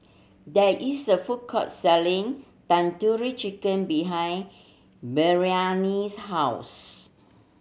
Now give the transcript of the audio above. there is a food court selling Tandoori Chicken behind Maryellen's house